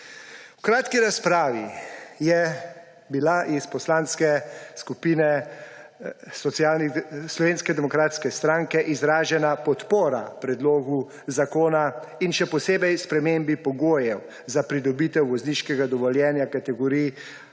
V kratki razpravi je bila iz Poslanske skupine Slovenske demokratske stranke izražena podpora predlogu zakona in še posebej spremembi pogojev za pridobitev vozniškega dovoljenja kategorij